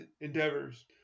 endeavors